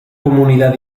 comunidad